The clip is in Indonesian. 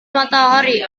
matahari